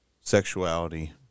sexuality